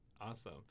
awesome